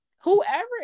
Whoever